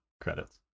credits